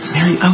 Mary